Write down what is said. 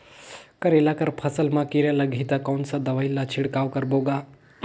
करेला कर फसल मा कीरा लगही ता कौन सा दवाई ला छिड़काव करबो गा?